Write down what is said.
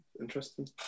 Interesting